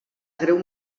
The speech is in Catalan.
greu